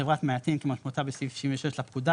חברת מעטים כמשמעותה בסעיף 76 לפקודה,